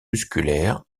musculaire